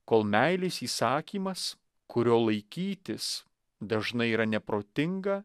kol meilės įsakymas kurio laikytis dažnai yra neprotinga